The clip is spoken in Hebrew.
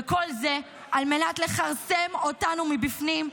וכל זה על מנת לכרסם אותנו מבפנים,